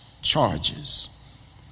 charges